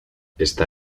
está